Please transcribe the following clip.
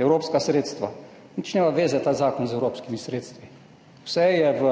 Evropska sredstva. Ta zakon nima nobene zveze z evropskimi sredstvi. Vse je v